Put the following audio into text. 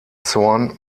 zorn